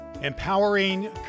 Empowering